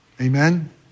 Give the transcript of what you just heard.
Amen